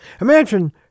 Imagine